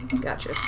Gotcha